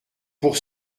pour